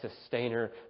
sustainer